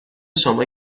شما